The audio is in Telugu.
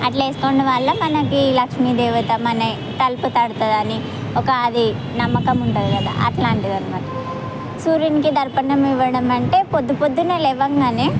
అట్లా వేసుకోవడం వల్ల మనకి లక్ష్మీ దేవత మన తలుపు తడుతుందిఅని ఒక అది నమ్మకం ఉంటుంది కదా అలాంటి అన్నమాట సూర్యునికి తర్పణం ఇవ్వడం అంటే పొద్దు పొద్దున్నే లేవగానే